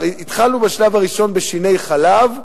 אבל בשלב הראשון התחלנו בשיני חלב,